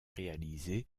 réalisé